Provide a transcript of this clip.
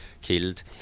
killed